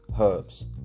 Herbs